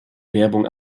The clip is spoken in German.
werbung